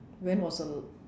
when was the l~